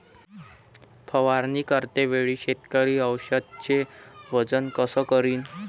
फवारणी करते वेळी शेतकरी औषधचे वजन कस करीन?